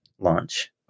launch